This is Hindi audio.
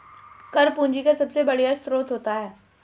कर पूंजी का सबसे बढ़िया स्रोत होता है